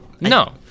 no